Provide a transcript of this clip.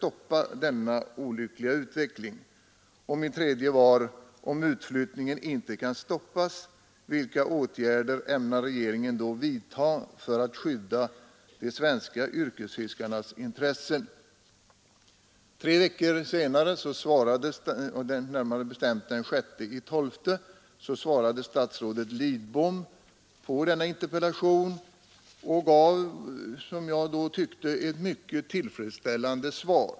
Om utflyttningen inte kan stoppas, vilka åtgärder ämnar regeringen då vidtaga för att skydda de svenska yrkesfiskarnas intressen?” Tre veckor senare, den 6 december 1971, gav statsrådet Lidbom på denna interpellation ett svar som jag då tyckte var mycket tillfredsställande.